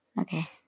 Okay